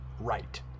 right